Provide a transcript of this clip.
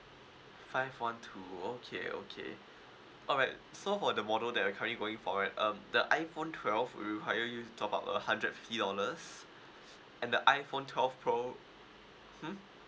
five one two okay okay alright so for the model that you're currently going for right um the iPhone twelve will require you to top up a hundred fifty dollars and the iPhone twelve pro hmm